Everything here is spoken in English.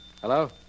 Hello